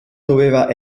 doveva